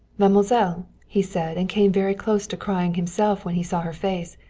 mademoiselle! he said, and came very close to crying himself when he saw her face.